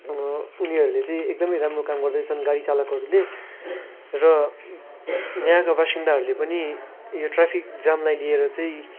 अब उनीहरूले चाहिँ एकदमै राम्रो काम गर्दैछन् गाडी चालकहरूले र यहाँको बासिन्दाहरूले पनि यो ट्राफिक जामलाई लिएर चाहिँ